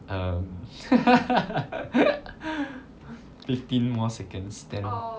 um fifteen more seconds then